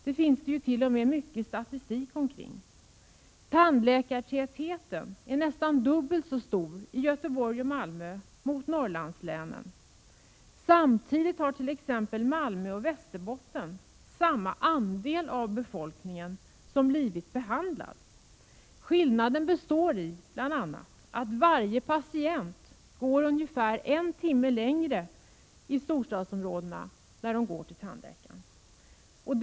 Det finns det t.o.m. mycket statistik kring. Tandläkartätheten är nästan dubbelt så stor i Göteborg och Malmö som i Norrlandslänen. Samtidigt har i t.ex. Malmö och Västerbotten samma andel av befolkningen blivit behandlad. Skillnaden består bl.a. i att varje patient går ungefär en timme längre hos tandläkaren i storstadsområdena.